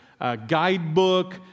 guidebook